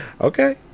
Okay